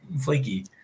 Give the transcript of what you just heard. flaky